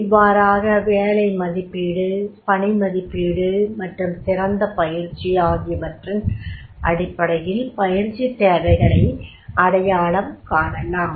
இவ்வாறாக வேலை மதிப்பீடு பணி மதிப்பீடு மற்றும் சிறந்த பயிற்சி ஆகியவற்றின் அடிப்படையில் பயிற்சி தேவைகளை அடையாளம் காணலாம்